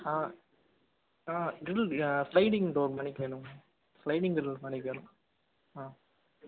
ஆ ஆ கிரில் ஆ sliding door மாதிரிக்கு வேணும் ஸ்லைடிங் டோர் மாதிரிக்கு வேணும் ஆ